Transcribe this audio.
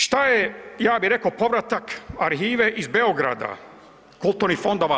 Šta je, ja bi reko povratak arhive iz Beograda, kulturnih fondova.